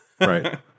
right